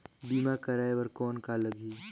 बीमा कराय बर कौन का लगही?